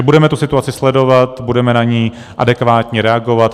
Budeme situaci sledovat, budeme na ni adekvátně reagovat.